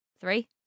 Three